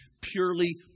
purely